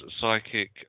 psychic